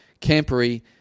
Campery